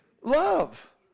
love